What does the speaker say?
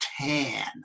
tan